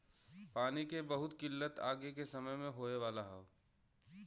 पानी के बहुत किल्लत आगे के समय में होए वाला हौ